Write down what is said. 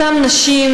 אותן נשים